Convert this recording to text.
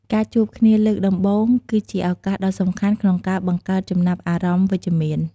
ការជួបគ្នាលើកដំបូង គឺជាឱកាសដ៏សំខាន់ក្នុងការបង្កើតចំណាប់អារម្មណ៍វិជ្ជមាន។